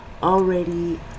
already